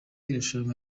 irushanwa